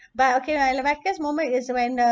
but okay lah my luckiest moment is when uh